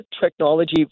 technology